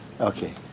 Okay